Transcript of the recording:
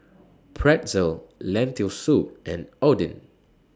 Pretzel Lentil Soup and Oden